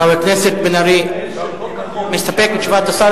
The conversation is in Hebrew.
חבר הכנסת בן-ארי מסתפק בתשובת השר.